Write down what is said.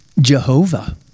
Jehovah